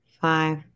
five